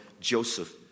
Joseph